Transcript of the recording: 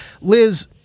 Liz